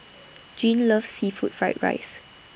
Jean loves Seafood Fried Rice